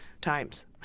times